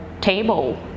table